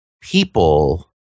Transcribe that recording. people